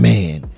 Man